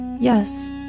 Yes